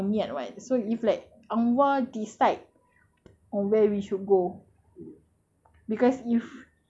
moral of the story is all based on out niat [what] so if like allah decide on where we should go